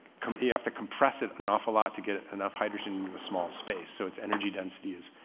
you have to compress it and an awful lot to get enough hydrogen into a small space. so it's energy density is,